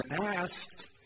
asked